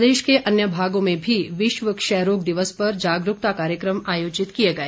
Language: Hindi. प्रदेश के अन्य भागों में भी विश्व क्षय रोग दिवस पर जागरूकता कार्यकम आयोजित किए गए